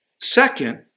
Second